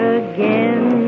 again